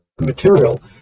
material